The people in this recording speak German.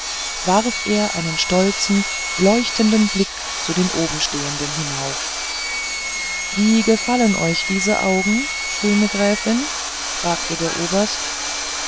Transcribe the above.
warf er einen stolzen leuchtenden blick zu den obenstehenden hinauf wie gefallen euch diese augen schöne gräfin fragte der oberst